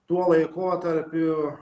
tuo laikotarpiu